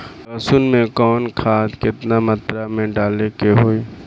लहसुन में कवन खाद केतना मात्रा में डाले के होई?